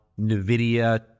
Nvidia